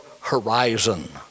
horizon